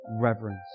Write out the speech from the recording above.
reverence